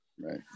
Right